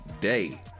day